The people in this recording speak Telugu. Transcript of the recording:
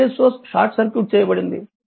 వోల్టేజ్ సోర్స్ షార్ట్ సర్క్యూట్ చేయబడింది